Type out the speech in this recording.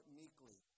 meekly